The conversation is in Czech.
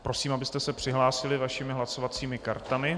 Prosím, abyste se přihlásili svými hlasovacími kartami.